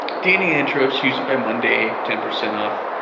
dnaintro, just use it by monday, ten percent off